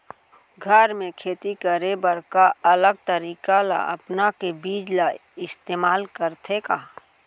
घर मे खेती करे बर का अलग तरीका ला अपना के बीज ला इस्तेमाल करथें का?